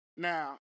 Now